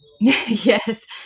yes